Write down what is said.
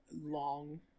long